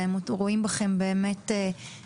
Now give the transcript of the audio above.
והם רואים בכם משפחה,